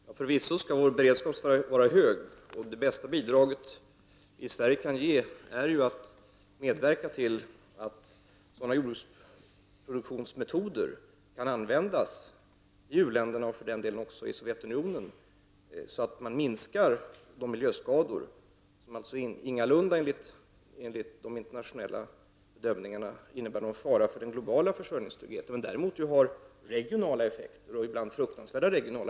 Herr talman! Förvisso skall vår beredskap vara hög. Det bästa bidraget Sverige kan ge är att medverka till att sådana produktionsmetoder i jordbruket kan användas i u-länderna, och även i Sovjetunionen, att miljöskadorna minskas och som ingalunda enligt de internationella bedömningarna innebär någon fara för den globala försörjningstryggheten. Däremot kan de ha regionala effekter, ibland fruktansvärda sådana.